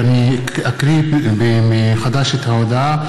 אני אקרא מחדש את ההודעה,